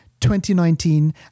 2019